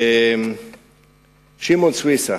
שמעון סוויסה,